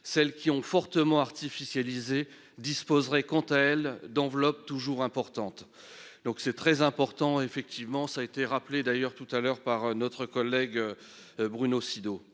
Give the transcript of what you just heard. celles qui ont fortement artificialiser disposerait quant à elle d'enveloppe toujours importante. Donc c'est très important effectivement ça été rappelé d'ailleurs tout à l'heure par notre collègue. Bruno Sido.